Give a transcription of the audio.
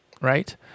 right